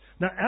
Now